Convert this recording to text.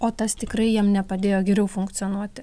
o tas tikrai jiem nepadėjo geriau funkcionuoti